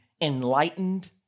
enlightened